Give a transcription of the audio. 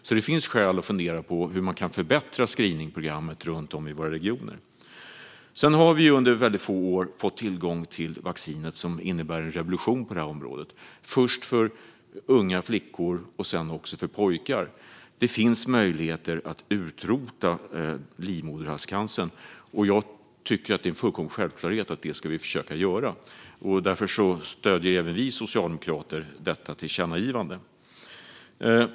Det finns alltså skäl att fundera på hur man kan förbättra screeningprogrammet runt om i våra regioner. Under de få senaste åren har vi fått tillgång till vaccinet som innebär en revolution på det här området, först för unga flickor och sedan också för pojkar. Det finns nu möjligheter att utrota livmoderhalscancer, och jag tycker att det är en fullkomlig självklarhet att vi ska försöka att göra detta. Därför stöder även vi socialdemokrater detta tillkännagivande.